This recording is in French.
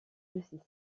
système